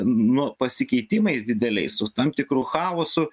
nu pasikeitimais dideliais su tam tikru chaosu